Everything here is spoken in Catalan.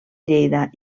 lleida